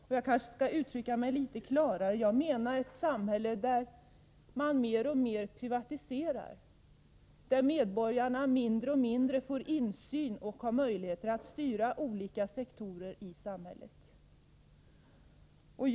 Men jag kanske skall uttrycka mig ännu klarare: Jag menar ett samhälle som blir mer och mer privatiserat och där medborgarna får mindre och mindre av insyn och av möjlighet att styra olika samhällssektorer.